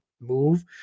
move